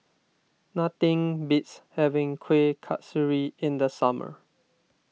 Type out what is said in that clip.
nothing beats having Kueh Kasturi in the summer